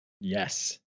Yes